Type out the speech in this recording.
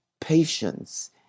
patience